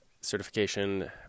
certification